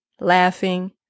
laughing